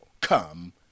come